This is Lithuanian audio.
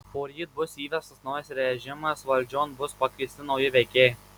poryt bus įvestas naujas režimas valdžion bus pakviesti nauji veikėjai